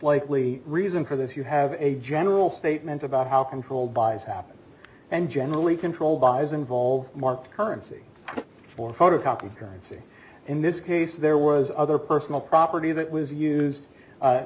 likely reason for this you have a general statement about how controlled by it's happened and generally control buys involved mark currency or photocopy currency in this case there was other personal property that was use